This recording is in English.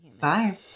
Bye